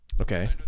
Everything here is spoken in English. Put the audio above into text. okay